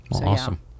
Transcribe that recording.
Awesome